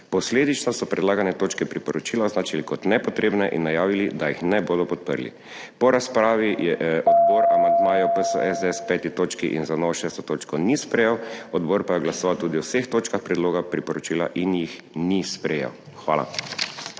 Posledično so predlagane točke priporočila označili kot nepotrebne in najavili, da jih ne bodo podprli. Po razpravi je odbor amandmajev PS SDS k 5. točki in za novo 6. točko ni sprejel, odbor pa je glasoval tudi o vseh točkah predloga priporočila in jih ni sprejel. Hvala.